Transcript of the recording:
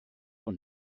und